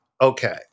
okay